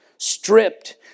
Stripped